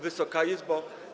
Wysoka Izbo!